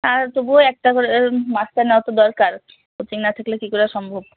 আর তবুও একটা করে মাস্টার নেওয়া তো দরকার কোচিং না থাকলে কী করে সম্ভব